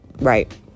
right